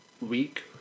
week